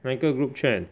哪一个 group chat